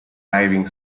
diving